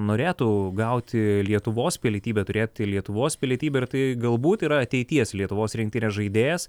norėtų gauti lietuvos pilietybę turėti lietuvos pilietybę ir tai galbūt yra ateities lietuvos rinktinės žaidėjas